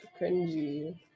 cringy